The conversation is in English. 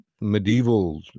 medieval